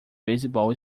beisebol